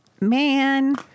Man